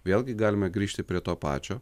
vėlgi galime grįžti prie to pačio